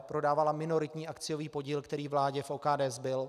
Prodávala minoritní akciový podíl, který vládě v OKD zbyl.